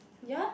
ya